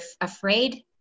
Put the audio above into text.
afraid